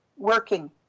working